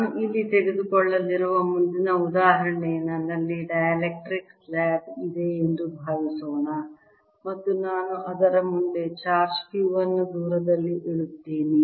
ನಾನು ಇಲ್ಲಿ ತೆಗೆದುಕೊಳ್ಳಲಿರುವ ಮುಂದಿನ ಉದಾಹರಣೆ ನನ್ನಲ್ಲಿ ಡೈಎಲೆಕ್ಟ್ರಿಕ್ ಸ್ಲ್ಯಾಬ್ ಇದೆ ಎಂದು ಭಾವಿಸೋಣ ಮತ್ತು ನಾನು ಅದರ ಮುಂದೆ ಚಾರ್ಜ್ Q ಅನ್ನು ದೂರದಲ್ಲಿ ಇಡುತ್ತೇನೆ